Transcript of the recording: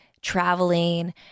traveling